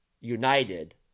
united